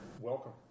Welcome